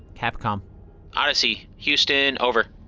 capcom odyssey, houston. over.